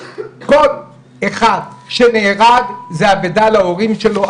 כל אחד שנהרג זה אבדה להורים שלו,